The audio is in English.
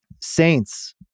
Saints